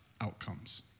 outcomes